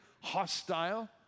hostile